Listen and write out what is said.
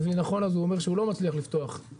שהאניות עומדות ברציפים ולמעשה לא פורקים אותם.